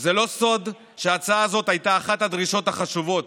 זה לא סוד שההצעה הזאת הייתה אחת הדרישות החשובות